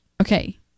Okay